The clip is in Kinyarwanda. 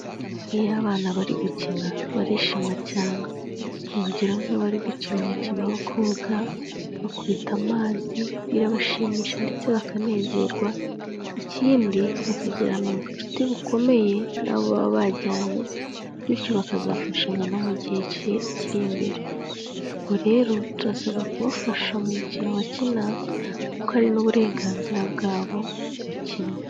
Iyo abana bari gukina barishima cyane, urugero nk'iyo bari gukina umukino wo koga, bakubita amazi birabashimisha ndetse bakanezerwa, ikindi bakagirana ubucuti bukomeye nabo baba bajyanye bityo bakazafashanya no mu gihe kiri imbere, ubwo rero turasabwa kubafasha mu mikino bakina kuko ari n'uburenganzira bwabo mu gukina.